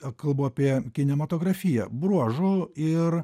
kalbu apie kinematografiją bruožų ir